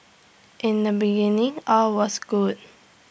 in the beginning all was good